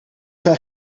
zijn